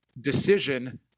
decision